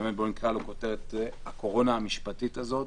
שנקרא לו בכותרת "הקורונה המשפטית" הזאת.